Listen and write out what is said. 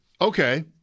Okay